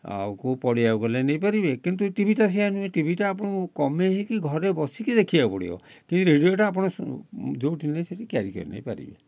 ଆଉ କେଉଁ ପଡ଼ିଆକୁ ଗଲେ ନେଇପାରିବେ କିନ୍ତୁ ଟିଭିଟା ସେଇଆ ନୁହେଁ ଟିଭିଟା ଆପଣଙ୍କୁ କମେଇ ହେଇକି ଘରେ ବସିକି ଦେଖିବାକୁ ପଡ଼ିବ କିନ୍ତୁ ରେଡ଼ିଓଟା ଆପଣ ସ ଯେଉଁଠି ନାଇଁ ସେଇଠି କ୍ୟାରି କରି ନେଇ ପାରିବେ